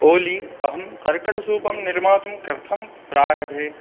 ओली अहं कर्कटसूपं निर्मातुं कर्थं प्रारभे